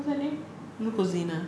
what's then name blue cuisine ah